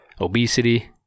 obesity